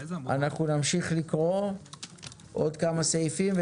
נמשיך לקרוא עוד כמה סעיפים,